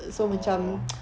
oh